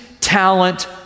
talent